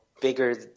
bigger